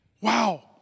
Wow